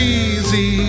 easy